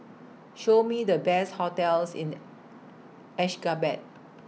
Show Me The Best hotels in Ashgabat